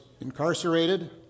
incarcerated